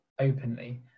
openly